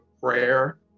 prayer